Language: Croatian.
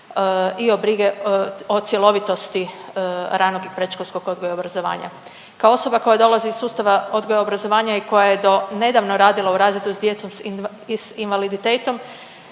i brige o cjelovitosti ranog i predškolskog odgoja i obrazovanja. Kao osoba koja dolazi iz sustava odgoja i obrazovanja i koja je donedavno radila u razredu s djecom s invaliditetom